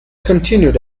continued